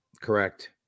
Correct